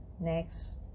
Next